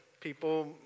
people